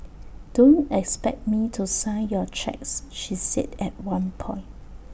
don't expect me to sign your cheques she said at one point